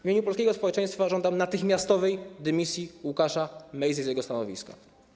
W imieniu polskiego społeczeństwa żądam natychmiastowej dymisji Łukasza Mejzy z jego stanowiska.